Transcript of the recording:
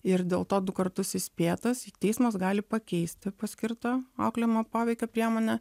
ir dėl to du kartus įspėtas teismas gali pakeisti paskirto auklėjamo poveikio priemonę